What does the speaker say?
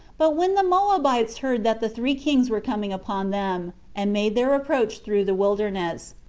but when the moabites heard that the three kings were coming upon them, and made their approach through the wilderness,